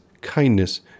kindness